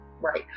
Right